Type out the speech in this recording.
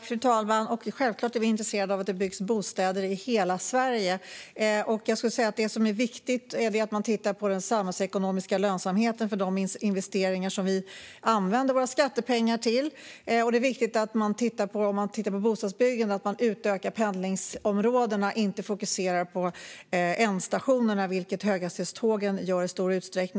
Fru talman! Självklart är vi intresserade av att det byggs bostäder i hela Sverige. Det som är viktigt är att man tittar på den samhällsekonomiska lönsamheten för de investeringar som skattepengarna används till. När det gäller bostadsbyggandet är det viktigt att utöka pendlingsområdena och inte fokuserar på ändstationerna, vilket i stor utsträckning görs i fråga om höghastighetstågen.